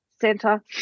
center